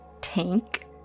tank